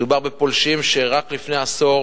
מדובר בפולשים שרק לפני עשור